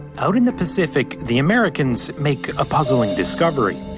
out in the pacific the americans make a puzzling discovery.